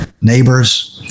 neighbors